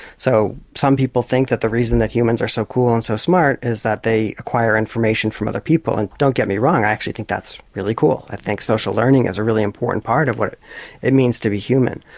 so some people think that the reason humans are so cool and so smart is that they acquire information from other people. and don't get me wrong, i actually think that's really cool, i think social learning is a really important part of what it it means to be human.